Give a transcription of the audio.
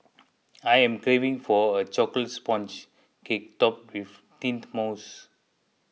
I am craving for a Chocolate Sponge Cake Topped with Mint Mousse